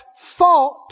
thought